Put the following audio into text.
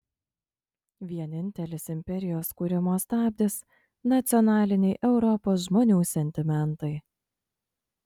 vienintelis imperijos kūrimo stabdis nacionaliniai europos žmonių sentimentai